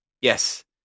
Yes